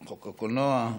חוק הקולנוע,